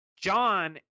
John